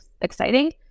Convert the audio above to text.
exciting